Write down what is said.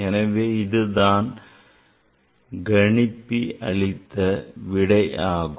எனவே இது தான் கணிப்பி அளித்த விடை ஆகும்